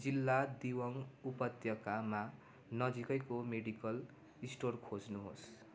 जिल्ला दिवाङ उपत्यकामा नजिकैको मेडिकल स्टोर खोज्नु होस्